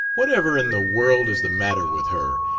whatever in the world is the matter with her?